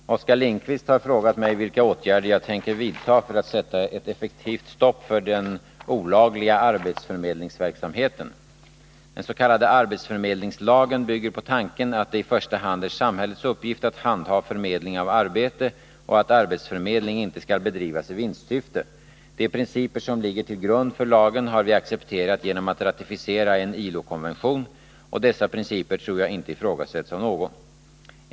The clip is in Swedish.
Herr talman! Oskar Lindkvist har frågat mig vilka åtgärder jag tänker vidta för att sätta ett effektivt stopp för den olagliga arbetsförmedlingsverksamheten. Den. k. arbetsförmedlingslagen bygger på tanken att det i första hand är samhällets uppgift att handha förmedling av arbete och att arbetsförmedling inte skall bedrivas i vinstsyfte. De principer som ligger till grund för lagen har vi accepterat genom att ratificera en ILO-konvention, och dessa principer tror jag inte ifrågasätts av någon.